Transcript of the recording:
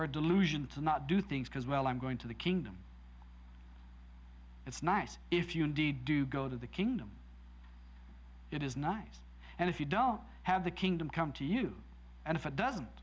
a delusion to not do things because well i'm going to the kingdom it's nice if you indeed do go to the kingdom it is nice and if you don't have the kingdom come to you and if it doesn't